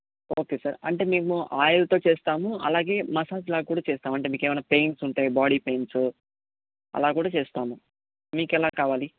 okay sir అంటే మేము ఆయిల్తో చేస్తాము అలాగే మసాజ్లాగా కూడా చేస్తాము అంటే మీకు ఏమైనా పెయిన్స్ ఉంటే బాడీ పెయిన్సు అలా కూడా చేస్తాము మీకు ఎలా కావాలి